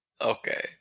Okay